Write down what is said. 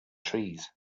trees